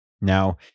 now